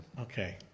Okay